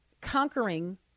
conquering